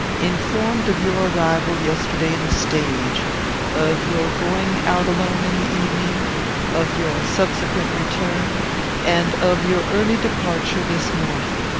informed of your arrival yesterday in the stage of your going out alone in the evening of your subsequent return and of your early departure this morning.